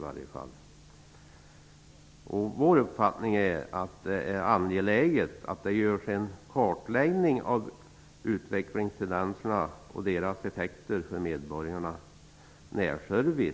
Vår uppfattning är att det är angeläget att det görs en kartläggning av utvecklingstendenserna och deras effekter för medborgarnas närservice.